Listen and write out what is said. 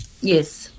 Yes